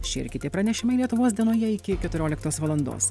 šie ir kiti pranešimai lietuvos dienoje iki keturioliktos valandos